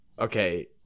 okay